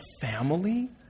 family